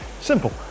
Simple